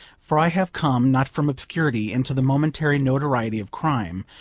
for i have come, not from obscurity into the momentary notoriety of crime,